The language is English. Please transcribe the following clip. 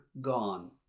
gone